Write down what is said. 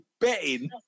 betting